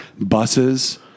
Buses